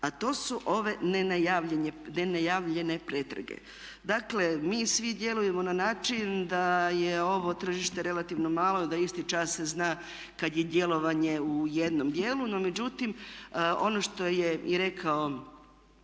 to su ove nenajavljene pretrage. Dakle mi svi djelujemo na način da je ovo tržište relativno malo, da isti čas se zna kad je djelovanje u jednom djelu, no međutim ono što je i rekao